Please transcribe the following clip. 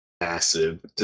massive